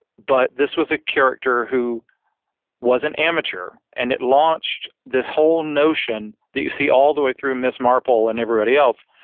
but this was a character who was an amateur and it launched this whole notion that you see all the way through miss marple and everybody else.